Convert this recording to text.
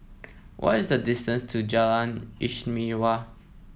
what is the distance to Jalan Istimewa